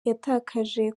yatakaje